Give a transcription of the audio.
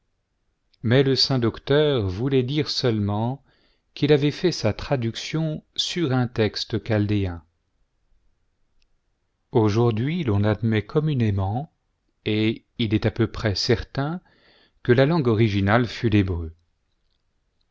mais le saint docteur voulait dire seulement qu'il avait fait sa traduction sur un texte chaldéen aujourd'hui ton admet communément et il est à peu près certain que la langue originale fut l'hébreu